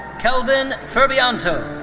kelvin ferbianto.